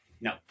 No